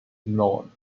known